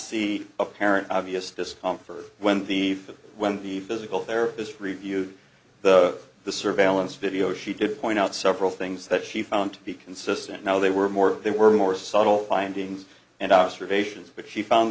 see a parent obvious discomfort when the when the physical therapist reviewed the the surveillance video she did point out several things that she found to be consistent now they were more they were more subtle findings and observations but she found